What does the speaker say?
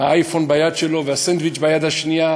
האייפון ביד שלו והסנדוויץ' ביד השנייה.